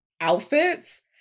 outfits